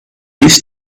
used